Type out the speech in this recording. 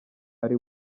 ari